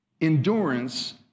Endurance